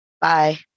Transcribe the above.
Bye